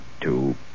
Two